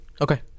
Okay